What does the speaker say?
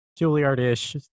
Juilliard-ish